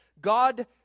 God